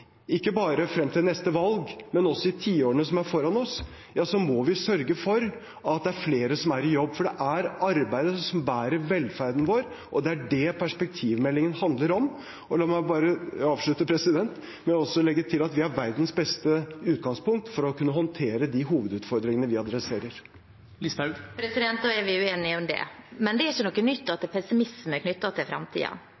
ikke bare frem til neste valg, men også i tiårene som er foran oss, må vi sørge for at det er flere som er i jobb. Det er arbeid som bærer velferden vår, og det er det perspektivmeldingen handler om. La meg bare avslutte med også å legge til at vi har verdens beste utgangspunkt for å kunne håndtere de hovedutfordringene vi adresserer. Da er vi uenige om det. Men det er ikke noe nytt at